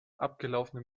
abgelaufene